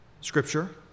Scripture